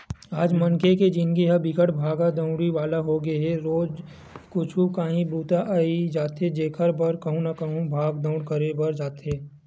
आज मनखे के जिनगी ह बिकट भागा दउड़ी वाला होगे हे रोजे कुछु काही बूता अई जाथे जेखर बर कहूँ न कहूँ भाग दउड़ करे बर परथे